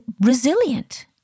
resilient